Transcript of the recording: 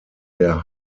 der